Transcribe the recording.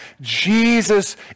Jesus